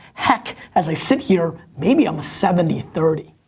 heck, as i sit here, maybe i'm a seventy thirty.